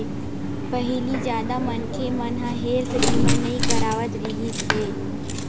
पहिली जादा मनखे मन ह हेल्थ बीमा नइ करवात रिहिस हे